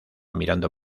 mirando